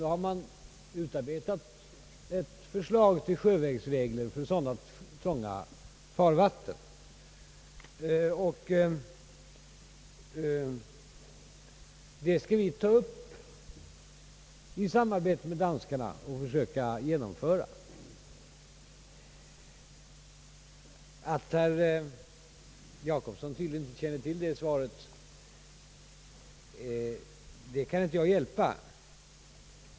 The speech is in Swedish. Nu har man utarbetat ett förslag till sjövägsregler för sådana trånga farvatten, och det skall vi ta upp i samarbete med danskarna och försöka genomföra. Att herr Jacobsson tydligen inte känner till den saken kan jag inte hjälpa.